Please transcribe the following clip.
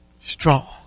strong